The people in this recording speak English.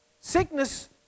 Sickness